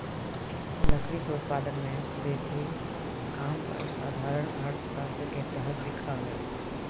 लकड़ी के उत्पादन में वृद्धि काम पर साधारण अर्थशास्त्र के तरह दिखा हइ